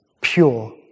pure